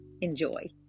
Enjoy